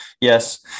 yes